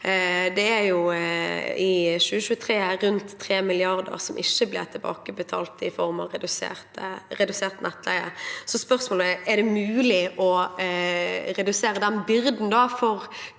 det var i 2023 rundt 3 mrd. kr som ikke ble tilbakebetalt i form av redusert nettleie. Så spørsmålet er: Er det mulig å redusere den byrden